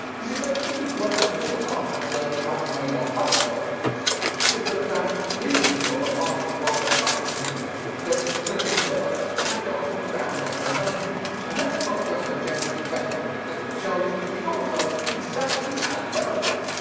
cause if they simply worked a little harder and searched house raid on other stock footage sites, they could have found this video of a masked robber spanking himself, then flipping the bird, and dancing around like a maniac. and that's not just objectively better than the clip they chose, it's also, exactly as relevant.